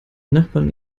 nachbarn